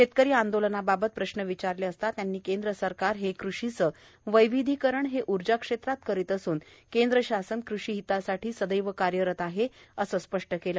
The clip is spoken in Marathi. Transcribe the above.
शेतकरी आंदोलनाबाबत प्रश्न विचारले असता त्यांनी केंद्र सरकार हे कृषीचे वैविधीकरण हे उर्जा क्षेत्रात करत असून केंद्र शासन कृषी हितासाठी सदैव कार्यरत आहे असं त्यांनी स्पष्ट केल